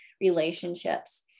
relationships